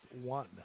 one